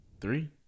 Three